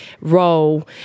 role